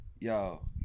Yo